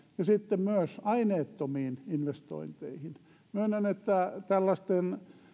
ja sitten myös aineettomiin investointeihin myönnän että tällaisten